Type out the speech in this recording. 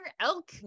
Elk